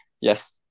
yes